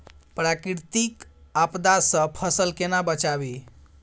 प्राकृतिक आपदा सं फसल केना बचावी?